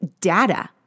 data